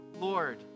lord